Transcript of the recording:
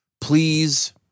please